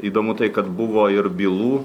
įdomu tai kad buvo ir bylų